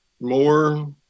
more